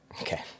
okay